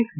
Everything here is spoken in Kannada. ಎಕ್ಸ್